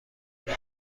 بوده